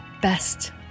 best